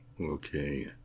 Okay